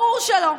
ברור שלא.